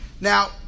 Now